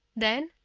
then,